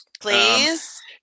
Please